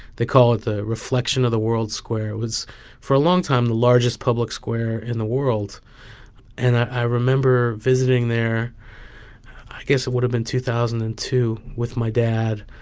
they call it the reflection of the world square. it was for a long time the largest public square in the world and i remember visiting there i guess it would have been two thousand and two with my dad.